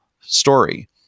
story